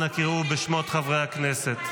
אנא קראו בשמות חברי הכנסת.